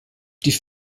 die